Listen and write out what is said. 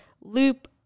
loop